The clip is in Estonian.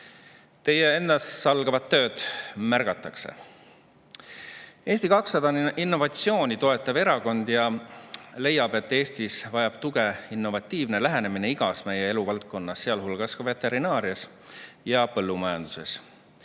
Teie ennastsalgavat tööd märgatakse. Eesti 200 on innovatsiooni toetav erakond ja leiab, et Eestis vajab tuge innovatiivne lähenemine igas meie eluvaldkonnas, sealhulgas veterinaarias ja põllumajanduses.